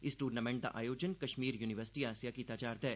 इस दूनामैंट दा आयोजन कश्मीर युनिवर्सिटी आसेआ कीता जा'रदा ऐ